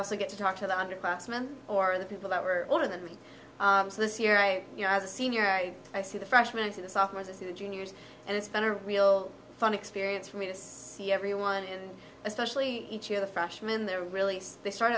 also get to talk to the underclassmen or the people that were older than me so this year i you know as a senior i see the freshmen and sophomores and juniors and it's been a real fun experience for me to see everyone and especially each of the freshmen they're really the start